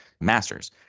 masters